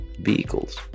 vehicles